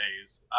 days